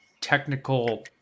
technical